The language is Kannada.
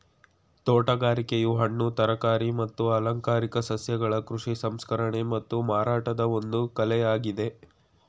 ತೋಟಗಾರಿಕೆಯು ಹಣ್ಣು ತರಕಾರಿ ಮತ್ತು ಅಲಂಕಾರಿಕ ಸಸ್ಯಗಳ ಕೃಷಿ ಸಂಸ್ಕರಣೆ ಮತ್ತು ಮಾರಾಟದ ಒಂದು ಕಲೆಯಾಗಯ್ತೆ